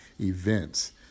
events